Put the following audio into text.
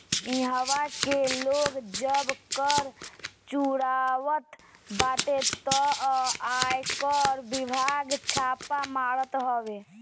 इहवा के लोग जब कर चुरावत बाटे तअ आयकर विभाग छापा मारत हवे